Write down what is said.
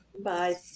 Bye